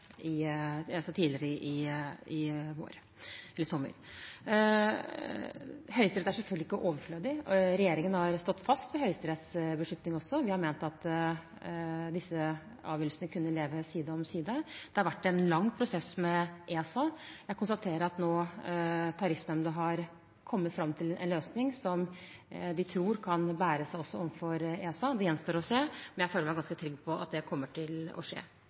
sommer. Høyesterett er selvfølgelig ikke overflødig. Regjeringen har også stått fast ved Høyesteretts beslutning; vi har ment at disse avgjørelsene kunne leve side om side. Det har vært en lang prosess med ESA. Jeg konstaterer at Tariffnemnda nå har kommet fram til en løsning som de tror kan stå seg også overfor ESA. Det gjenstår å se. Men jeg føler meg ganske trygg på at det kommer til å skje.